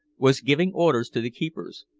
was giving orders to the keepers.